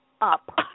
up